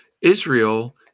Israel